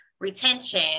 retention